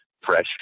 fresh